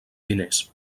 diners